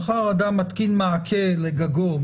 מחר אדם מתקין מעקה לגגו,